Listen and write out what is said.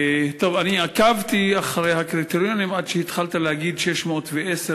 אני עקבתי אחר הקריטריונים עד שהתחלת להגיד: 610 קו רוחב,